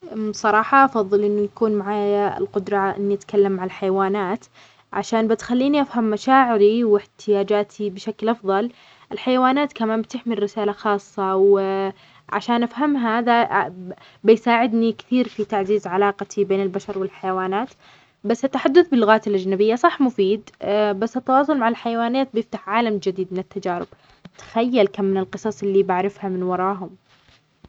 بصراحة أفضل أنه يكون معايا القدرة على أنه اتكلم على الحيوانات عشان بتخليني أفهم مشاعري واحتياجاتي بشكل أفضل، الحيوانات كمان بتحمل رسالة خاصة و عشان أفهمها هذا بيساعدني كثير في تعزيز علاقتي بين البشر والحيوانات، بس التحدث باللغات الأجنبية صح مفيد بس التواصل مع الحيوانات بيفتح عالم جديد من التجارب. تخيل كم من القصص إللي بعرفها من وراهم!